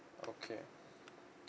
okay